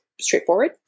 straightforward